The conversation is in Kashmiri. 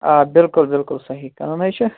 آ بِلکُل بِلکُل صحیح کٕنان ہَے چھِ